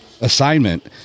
assignment